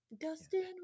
Dustin